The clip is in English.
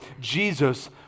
Jesus